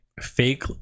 fake